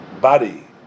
body